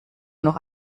noch